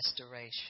Restoration